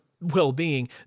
well-being